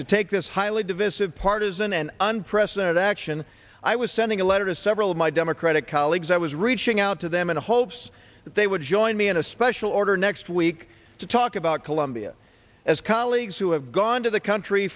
to take this highly divisive partisan and unprecedented action i was sending a letter to several of my democratic colleagues i was reaching out to them in hopes that they would join me in a special order next week to talk about colombia as colleagues who have gone to the country